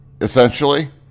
essentially